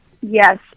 Yes